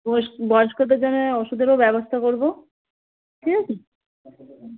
বয়স বয়স্কদের জন্যে ওষুদেরও ব্যবস্থা করবো ঠিক আছে